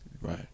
Right